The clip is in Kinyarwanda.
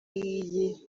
iyi